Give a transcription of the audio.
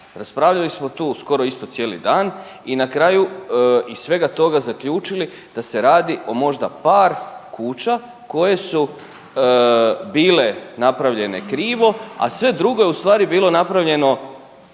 Raspravljali smo tu skoro isto cijeli dan i na kraju iz svega toga zaključili da se radi o možda par kuća koje su bile napravljene krivo, a sve drugo je u stvari bilo napravljeno